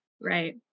right